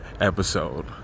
episode